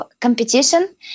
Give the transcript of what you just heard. competition